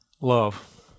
love